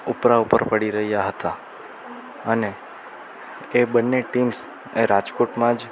ઉપરા ઉપર પડી રહ્યાં હતાં અને એ બન્ને ટીમ્સ એ રાજકોટમાં જ